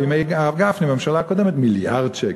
בימי הרב גפני, הממשלה הקודמת, היה מיליארד שקל.